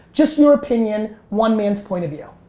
just in your opinion, one man's point of view?